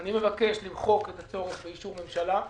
למחוק את הצורך באישור הממשלה,